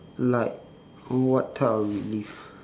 like what type of relive